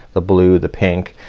the blue, the pink,